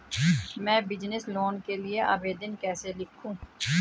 मैं business loan के लिए आवेदन कैसे लिखूँ?